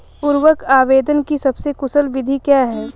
उर्वरक आवेदन की सबसे कुशल विधि क्या है?